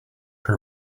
her